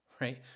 right